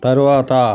తరువాత